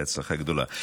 בהצלחה גדולה.